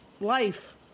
Life